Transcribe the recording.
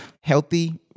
Healthy